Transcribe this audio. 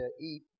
eat